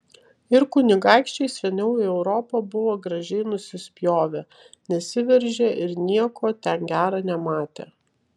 ir kunigaikščiai seniau į europą buvo gražiai nusispjovę nesiveržė ir nieko ten gera nematė